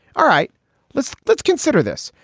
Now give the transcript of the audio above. all right let's let's consider this.